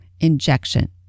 injection